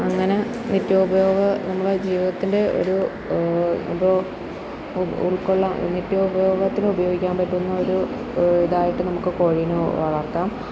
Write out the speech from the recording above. അങ്ങനെ നിത്യോപയോഗ നമ്മള ജീവിതത്തിൻ്റെ ഒരു ഒരു ഉൾക്കൊള്ളാൻ നിത്യോപയോഗത്തിന് ഉപയോഗിക്കാൻ പറ്റുന്ന ഒരു ഇതായിട്ടു നമുക്ക് കോഴീനെ വളർത്താം